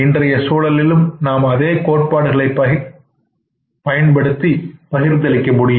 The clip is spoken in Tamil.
இன்றைய சூழலிலும் நாம் அதே கோட்பாடுகளைப் பயன்படுத்தி பகிர்ந்து அளிக்க முடியும்